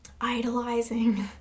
idolizing